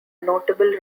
notable